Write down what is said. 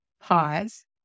Pause